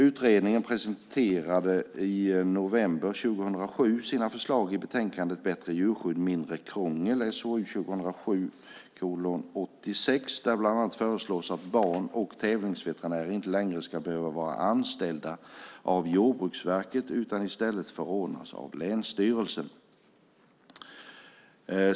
Utredaren presenterade i november 2007 sina förslag i betänkandet Bättre djurskydd - mindre krångel ,, där det bland annat föreslås att ban och tävlingsveterinärerna inte längre ska behöva vara anställda av Jordbruksverket utan i stället förordnas av länsstyrelsen.